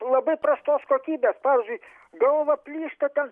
labai prastos kokybės pavyzdžiui galva plyšta ten